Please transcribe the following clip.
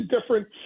different